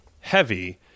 heavy